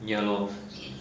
ya lor